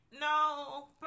no